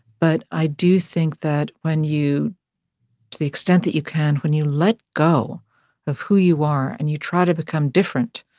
but i do think that when you to the extent that you can, when you let go of who you are and you try to become different,